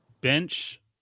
bench